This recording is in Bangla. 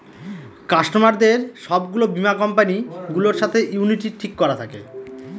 কাস্টমারদের সব গুলো বীমা কোম্পানি গুলোর সাথে ইউনিটি ঠিক করা থাকে